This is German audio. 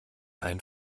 ein